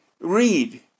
read